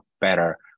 better